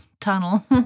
tunnel